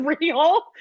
real